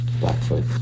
Blackfoot